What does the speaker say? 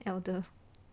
elder